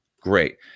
great